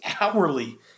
hourly